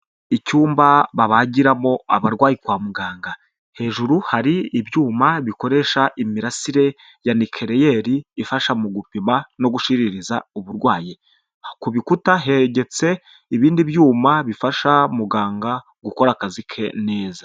Icyumba babagiramo abarwayi kwa muganga hejuru hari ibyuma bikoresha imirasire ya nikeleyeri ifasha mu gupima no gushiririza uburwayi, ku bikuta hegetse ibindi byuma bifasha muganga gukora akazi ke neza.